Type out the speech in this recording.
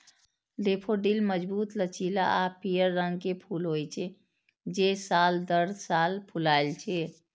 daffodil मजबूत, लचीला आ पीयर रंग के फूल होइ छै, जे साल दर साल फुलाय छै